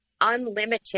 unlimited